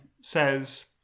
says